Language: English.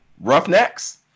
Roughnecks